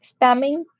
spamming